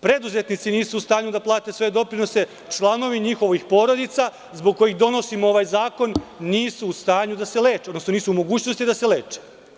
Preduzetnici nisu u stanju da plate svoje doprinose, članovi njihovih porodica, zbog kojih donosimo ovaj zakon, nisu u stanju da se leče, nisu u mogućnosti da se leče.